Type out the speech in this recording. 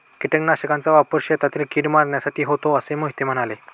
कीटकनाशकांचा वापर शेतातील कीड मारण्यासाठी होतो असे मोहिते म्हणाले